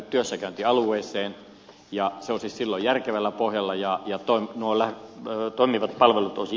se olisi silloin järkevällä pohjalla ja nuo toimivat palvelut olisivat lähellä